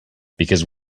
because